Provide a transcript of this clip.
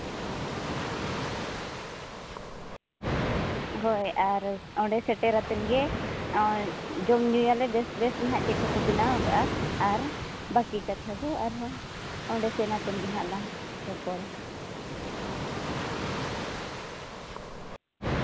ᱦᱳᱭ ᱟᱨ ᱚᱸᱰᱮ ᱥᱮᱴᱮᱨᱟᱛᱮᱫ ᱜᱮ ᱟᱨ ᱡᱚᱢᱼᱧᱩᱭᱟᱞᱮ ᱵᱮᱥ ᱵᱮᱥ ᱱᱟᱦᱟᱸᱜ ᱪᱮᱫ ᱠᱚᱯᱮ ᱵᱮᱱᱟᱣᱟᱠᱟᱫᱼᱟ ᱟᱨ ᱵᱟᱠᱤ ᱠᱟᱛᱷᱟ ᱫᱚ ᱟᱨᱦᱚᱸ ᱚᱸᱰᱮ ᱥᱮᱱ ᱠᱟᱛᱮᱫ ᱜᱮ ᱱᱟᱦᱟᱜ ᱞᱟᱝ ᱨᱚᱯᱚᱲᱟ